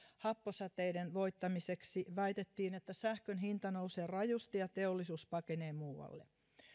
happosateiden voittamiseksi väitettiin että sähkön hinta nousee rajusti ja teollisuus pakenee muualle